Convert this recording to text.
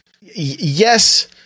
yes